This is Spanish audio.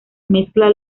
mezcla